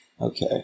okay